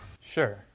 Sure